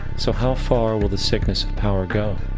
so how far will the sickness of power go?